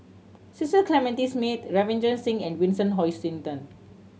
Cecil Clementi Smith Ravinder Singh and Vincent Hoisington